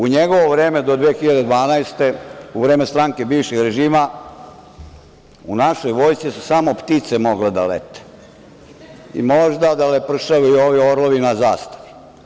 U njegovo vreme, do 2012. godine, u vreme stranke bivšeg režima u našoj vojsci su samo ptice mogle da lete i možda da lepršaju ovi orlovi na zastavi.